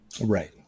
Right